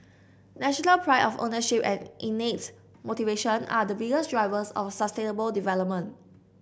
national pride of ownership and innate motivation are the biggest drivers of sustainable development